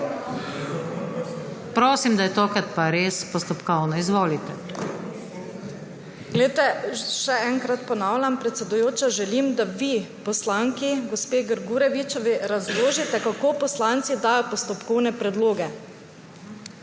Prosim, da je tokrat pa res postopkovno. Izvolite.